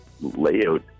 layout